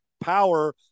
power